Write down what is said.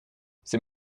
c’est